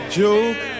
joke